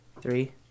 Three